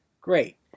Great